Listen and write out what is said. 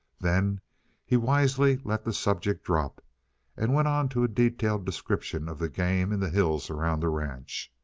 then he wisely let the subject drop and went on to a detailed description of the game in the hills around the ranch.